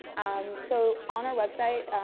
um, so on our website,